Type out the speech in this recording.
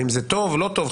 אם זה טוב או לא טוב,